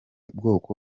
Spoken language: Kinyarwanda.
bwoko